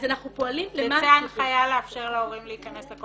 אז אנחנו פועלים למען -- יצאה הנחייה לאפשר להורים להיכנס לכל מקום?